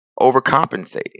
overcompensating